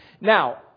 Now